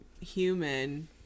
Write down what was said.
human